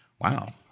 Wow